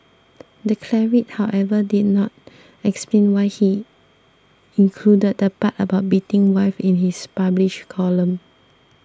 the cleric however did not explain why he included the part about beating wives in his published column